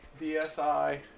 DSi